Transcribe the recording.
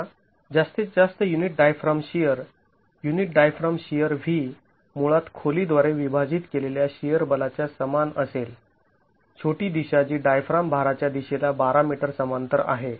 आता जास्तीत जास्त unit diaphragm shear unit diaphragm shear v मुळात खोली द्वारे विभाजित केलेल्या शिअर बलाच्या समान असेल छोटी दिशा जी डायफ्राम भाराच्या दिशेला १२ मीटर समांतर आहे